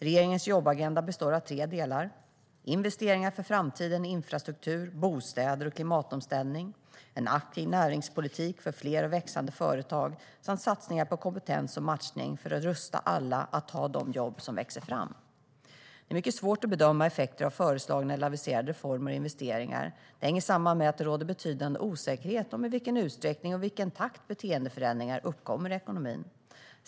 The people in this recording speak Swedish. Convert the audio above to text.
Regeringens jobbagenda består av tre delar: investeringar för framtiden i infrastruktur, bostäder och klimatomställning, en aktiv näringspolitik för fler och växande företag samt satsningar på kompetens och matchning för att rusta alla att ta de jobb som växer fram. Det är mycket svårt att bedöma effekter av föreslagna eller aviserade reformer och investeringar. Det hänger samman med att det råder betydande osäkerhet om i vilken utsträckning och i vilken takt beteendeförändringar uppkommer i ekonomin.